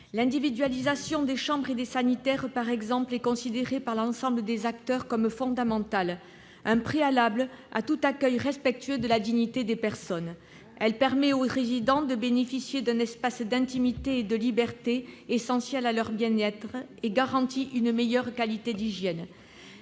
L'individualisation des chambres et des sanitaires, par exemple, est considérée par l'ensemble des acteurs comme fondamentale, comme un préalable à tout accueil respectueux de la dignité des personnes. Elle permet aux résidents de bénéficier d'un espace d'intimité et de liberté essentiel à leur bien-être et garantit une meilleure qualité d'hygiène.